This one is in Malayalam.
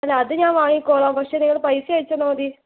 അല്ല അത് ഞാൻ വാങ്ങിക്കോളാം പക്ഷെ നിങ്ങൾ പൈസ അയച്ച് തന്നാൽമതി